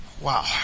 Wow